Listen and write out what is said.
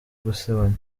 gusebanya